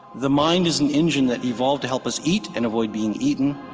the mind is an engine that evolved to help us eat and avoid being eaten,